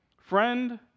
friend